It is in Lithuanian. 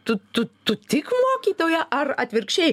tu tu tu tik mokytoja ar atvirkščiai